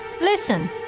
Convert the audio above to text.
Listen